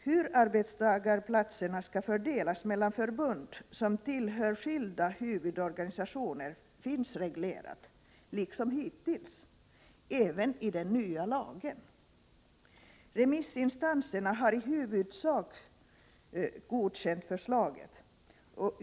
Hur arbetstagarplatserna skall fördelas mellan förbund som tillhör skilda huvudorganisationer finns reglerat — liksom hittills — även i den nya lagen. Remissinstanserna har i huvudsak godkänt förslaget.